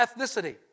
ethnicity